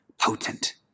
potent